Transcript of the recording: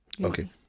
Okay